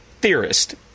theorist